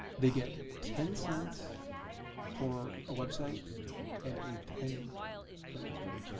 they get ten cents for a website and a penny for your phone.